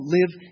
live